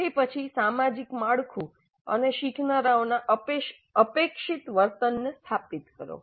તે પછી સામાજિક માળખું અને શીખનારાઓનાં અપેક્ષિત વર્તનને સ્થાપિત કરો